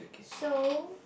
so